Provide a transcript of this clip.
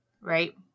right